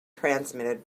transmitted